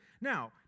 Now